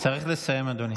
צריך לסיים, אדוני.